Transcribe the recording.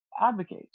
advocate